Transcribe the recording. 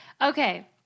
okay